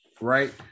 right